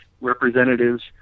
representatives